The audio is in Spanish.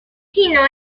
chino